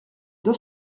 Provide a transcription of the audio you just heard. deux